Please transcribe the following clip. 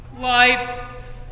Life